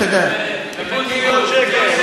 כיבוד, מיליון שקל.